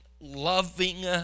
loving